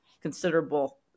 considerable